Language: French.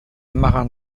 marins